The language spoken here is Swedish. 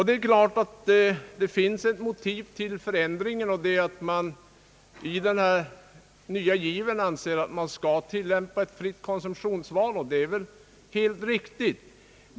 Det är klart att det finns ett motiv till förändringen, nämligen att man i den nya given anser att det skall vara ett fritt konsumtionsval, vilket väl är alldeles riktigt.